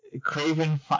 Craven